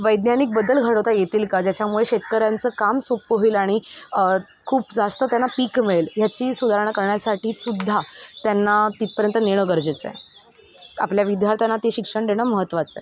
वैज्ञानिक बदल घडवता येतील का ज्याच्यामुळे शेतकऱ्यांचं काम सोप्प होईल आणि खूप जास्त त्यांना पीक मिळेल ह्याची सुधारणा करण्यासाठी सुद्धा त्यांना तितपर्यंत नेणं गरजेचंय आपल्या विद्यार्थ्यांना ते शिक्षण देणं महत्त्वाचंय